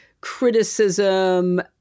criticism